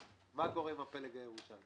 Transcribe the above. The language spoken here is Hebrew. קיבענו בתוך החקיקה את אמות המידה.